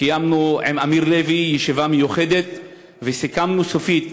קיימנו עם אמיר לוי ישיבה מיוחדת וסיכמנו סופית